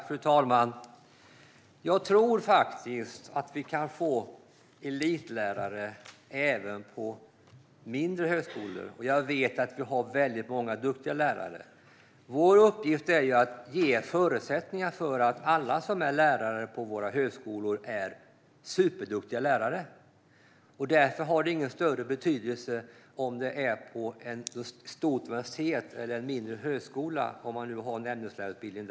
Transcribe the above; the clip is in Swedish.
Fru talman! Jag tror faktiskt att vi kan få fram elitlärare även på mindre högskolor. Jag vet att vi har väldigt många duktiga lärare. Vår uppgift är att ge förutsättningar så att alla som är lärare på våra högskolor är superduktiga lärare. Därför har det ingen större betydelse om det är på ett stort universitet eller på en mindre högskola som man har en ämneslärarutbildning.